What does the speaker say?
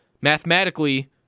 mathematically